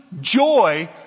joy